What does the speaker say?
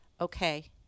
Okay